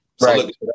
right